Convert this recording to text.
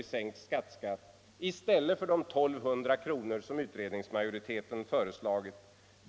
i sänkt statsskatt i stället för de 1200 kr. som utredningsmajoriteten föreslagit.